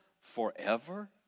forever